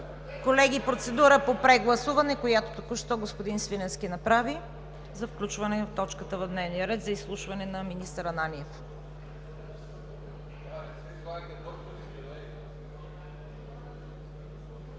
Колеги, процедура по прегласуване, която току-що господин Свиленски направи, за включване на точка в дневния ред за изслушване на министър Ананиев.